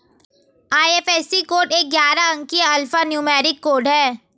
IFSC code एक ग्यारह अंकीय अल्फा न्यूमेरिक कोड है